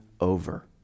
over